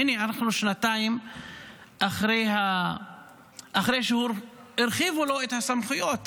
הינה, אנחנו שנתיים אחרי שהרחיבו לו את הסמכויות